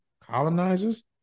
colonizers